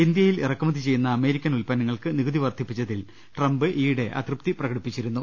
ഇന്ത്യയിൽ ഇറക്കുമതി ചെയ്യുന്ന അമേരിക്കൻ ഉൽപന്നങ്ങൾക്ക് നികുതി വർധി പ്പിച്ചതിൽ ട്രംപ് നേരത്തെ അതൃപ്തി പ്രകടിപ്പിച്ചിരുന്നു